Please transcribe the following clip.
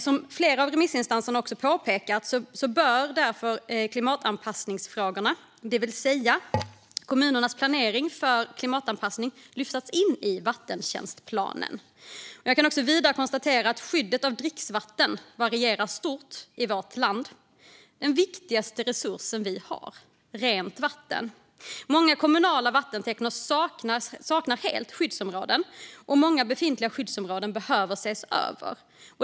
Som flera remissinstanser påpekat bör därför klimatanpassningsfrågorna, det vill säga kommunernas planering för klimatanpassning, lyftas in i vattentjänstplanen. Jag kan vidare konstatera att skyddet av dricksvatten varierar stort i vårt land. Den viktigaste resursen vi har är rent vatten. Många kommunala vattentäkter saknar helt skyddsområden, och många befintliga skyddsområden behöver ses över.